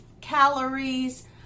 calories